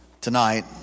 tonight